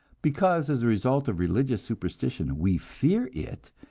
because, as a result of religious superstition we fear it,